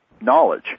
knowledge